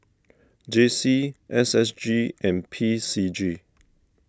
J C S S G and P C G